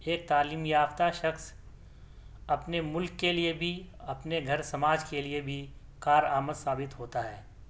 ایک تعلیم یافتہ شخص اپنے ملک کے لیے بھی اپنے گھر سماج کے لیے کارآمد ثابت ہوتا ہے